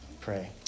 pray